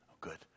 Good